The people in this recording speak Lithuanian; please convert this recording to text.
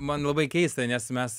man labai keista nes mes